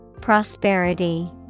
Prosperity